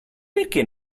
perché